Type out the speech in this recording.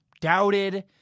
Doubted